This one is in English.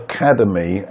Academy